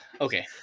okay